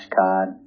card